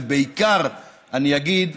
ובעיקר, אני אגיד,